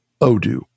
Odoo